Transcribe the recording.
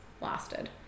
lasted